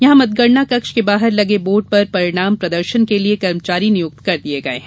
यहां मतगणना कक्ष के बाहर लगे बोर्ड पर परिणाम प्रदर्शन के लिए कर्मचारी नियुक्त कर दिये गये हैं